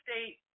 State